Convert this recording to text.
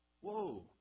Whoa